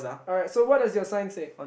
alright so what does your sign say